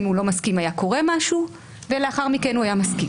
אם הוא לא מסכים היה קורה משהו ולאחר מכן הוא היה מסכים.